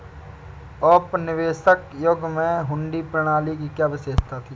औपनिवेशिक युग में हुंडी प्रणाली की क्या विशेषता थी?